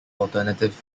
alternative